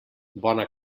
bona